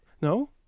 No